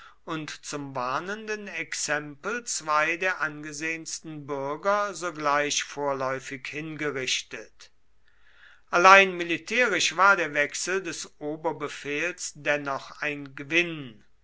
und zum warnenden exempel zwei der angesehensten bürger sogleich vorläufig hingerichtet allein militärisch war der wechsel des oberbefehls dennoch ein gewinn